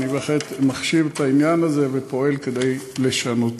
אני בהחלט מחשיב את העניין הזה ופועל כדי לשנותו.